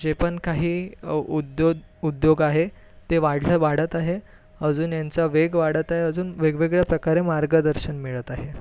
जे पण काही उद्योद उद्योग आहे ते वाढले वाढत आहे अजून यांचा वेग वाढत आहे अजून वेगवेगळ्या प्रकारे मार्गदर्शन मिळत आहे